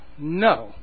no